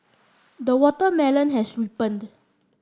the watermelon has ripened